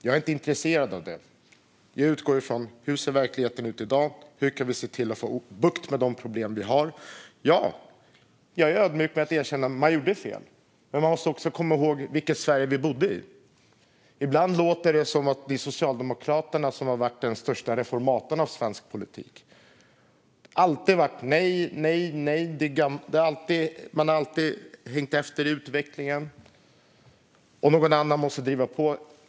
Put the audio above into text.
Jag är inte intresserad av det. Jag utgår från hur verkligheten ser ut i dag och hur vi kan se till att få bukt med de problem vi har. Ja, jag är ödmjuk och erkänner att man gjorde fel. Men vi måste också komma ihåg vilket Sverige vi bodde i. Ibland låter det som att Socialdemokraterna har varit den största reformatorn av svensk politik. Men det har alltid varit nej, nej och nej, och man har alltid legat efter i utvecklingen så att någon annan måste driva på.